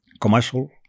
commercial